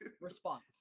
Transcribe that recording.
response